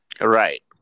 Right